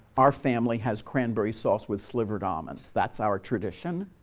our family has cranberry sauce with slivered almonds, that's our tradition